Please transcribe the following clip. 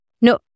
No